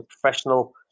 professional